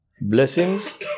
blessings